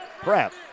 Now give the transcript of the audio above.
prep